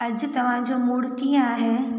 अॼु तव्हांजो मूड कीअं आहे